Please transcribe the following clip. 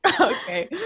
Okay